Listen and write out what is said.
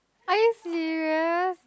are you serious